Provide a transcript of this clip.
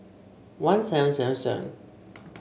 one seven seven seven